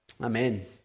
Amen